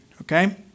okay